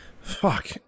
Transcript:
Fuck